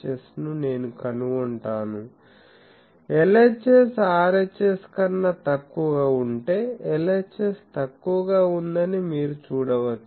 S ను నేను కనుగొంటాను LHS RHS కన్నా తక్కువగా ఉంటే LHS తక్కువగా ఉందని మీరు చూడవచ్చు